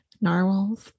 narwhals